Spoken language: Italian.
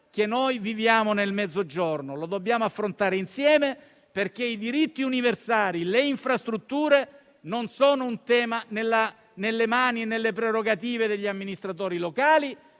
che noi viviamo in quel territorio. Dobbiamo affrontarla insieme, perché i diritti universali e le infrastrutture non sono un tema nelle mani e nelle prerogative degli amministratori locali,